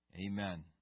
Amen